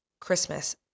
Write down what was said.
Christmas